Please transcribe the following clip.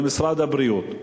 למשרד הבריאות.